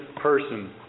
person